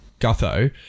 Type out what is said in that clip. Gutho